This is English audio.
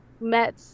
met